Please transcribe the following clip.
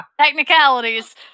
Technicalities